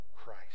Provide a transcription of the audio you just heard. Christ